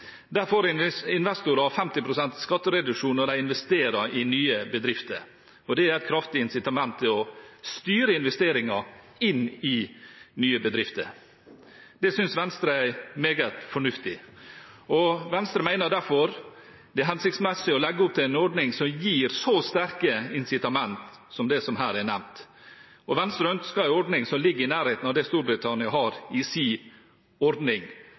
Der får investorer 50 pst. skattereduksjon når de investerer i nye bedrifter. Det er et kraftig incitament til å styre investeringer inn i nye bedrifter. Det synes Venstre er meget fornuftig. Venstre mener derfor det er hensiktsmessig å legge opp til en ordning som gir så sterke incitament som det som er nevnt her. Venstre ønsker en ordning som ligger i nærheten av det Storbritannia har i sin ordning,